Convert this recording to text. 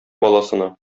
баласына